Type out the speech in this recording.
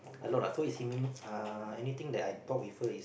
a lot ah so is seeming uh anything that I talk with her is